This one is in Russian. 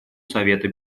совета